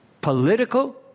political